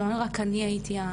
לא רק אני הייתי,